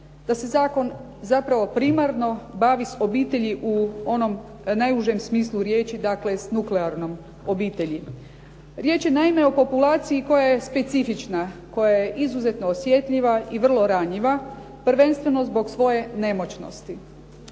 Da se zakon zapravo primarno bavi s obitelji u onom najužem smislu riječi, dakle s nuklearnom obitelji. Riječ je naime o populaciji koja je specifična, koja je izuzetno osjetljiva i vrlo ranjiva prvenstveno zbog svoje nemoćnosti.